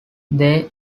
they